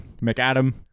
McAdam